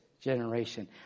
generation